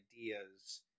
ideas